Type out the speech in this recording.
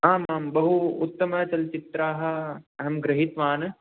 आम् आम् बहु उत्तमचलच्चित्राः अहं गृहीतवान्